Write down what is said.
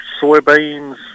soybeans